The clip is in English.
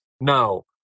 no